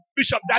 Bishop